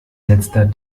letzter